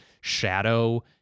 shadow